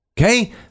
Okay